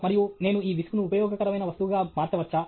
మరియు నేను ఈ విసుగును ఉపయోగకరమైన వస్తువుగా గా మార్చవచ్చా